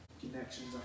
connections